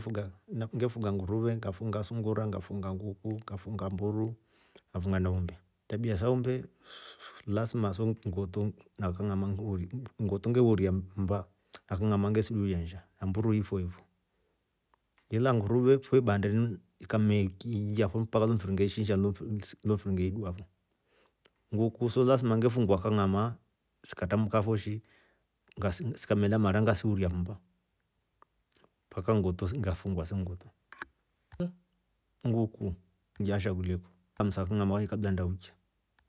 Ngefunga ngurure. ngafunga sungura, ngafunga nguku, ngafunga mburu. ngafunga na umbe. tabia sa umbe lasma so ngoto nafong'ama ngiuulie. ngoto nge uuria mba alaf ng'amaa ngesidulia nsha na mburuu ifo ifo ila nguruve fo bandeni ikamekiiyafo mpaka lomfiri ngeishinsha lomfiri ngeidua fo. Nguku so lasma ngefungua kang'ama sikatambuka fo shi sikamela mara ngasiiulia mba mpaka ngoto se ngafungua se ngoto, nguku yasha kulia tangu saa kumi na moja kabla ntaukiya.